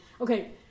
Okay